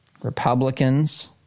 Republicans